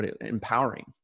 empowering